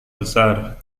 besar